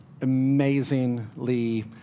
amazingly